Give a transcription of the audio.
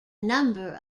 number